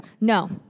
No